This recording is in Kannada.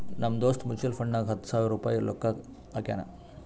ನಮ್ ದೋಸ್ತ್ ಮ್ಯುಚುವಲ್ ಫಂಡ್ನಾಗ್ ಹತ್ತ ಸಾವಿರ ರುಪಾಯಿ ರೊಕ್ಕಾ ಹಾಕ್ಯಾನ್